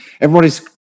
everybody's